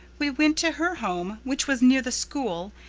we went to her home, which was near the school,